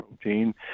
protein